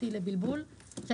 אבל